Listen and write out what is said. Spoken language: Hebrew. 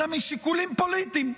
אלא משיקולים פוליטיים.